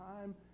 time